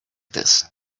this